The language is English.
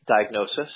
diagnosis